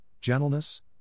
gentleness